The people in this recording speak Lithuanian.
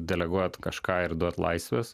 deleguojat kažką ir duot laisvės